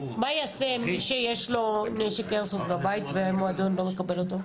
מה יעשה מי שיש לו נשק איירסופט בבית והמועדון לא מקבל אותו?